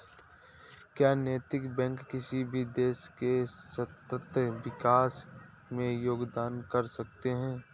क्या नैतिक बैंक किसी भी देश के सतत विकास में योगदान कर सकते हैं?